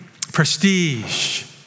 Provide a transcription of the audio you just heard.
prestige